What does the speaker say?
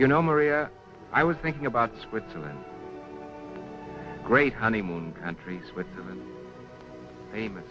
you know maria i was thinking about switzerland great honeymoon countries